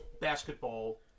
basketball